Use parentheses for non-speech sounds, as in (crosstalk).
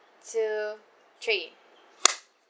two three (noise)